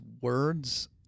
words